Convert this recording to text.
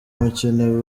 mukino